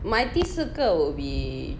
my 第四个 will be